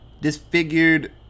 Disfigured